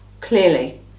clearly